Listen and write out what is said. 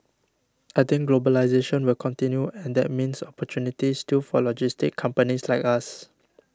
I think globalisation will continue and that means opportunities still for logistics companies like us